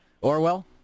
Orwell